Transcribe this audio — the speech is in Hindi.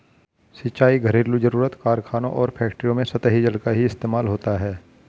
सिंचाई, घरेलु जरुरत, कारखानों और फैक्ट्रियों में सतही जल का ही इस्तेमाल होता है